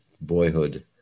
boyhood